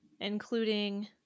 including